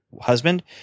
husband